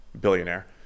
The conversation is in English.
billionaire